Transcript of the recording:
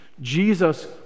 Jesus